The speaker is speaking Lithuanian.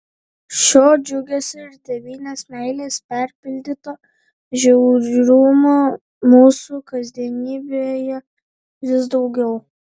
šio džiugesio ir tėvynės meilės perpildyto žiaurumo mūsų kasdienybėje vis daugiau